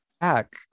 back